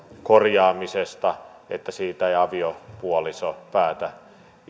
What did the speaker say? korjaamisesta että siitä ei aviopuoliso päätä